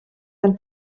ein